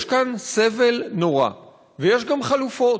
יש כאן סבל נורא, ויש גם חלופות,